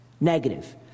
Negative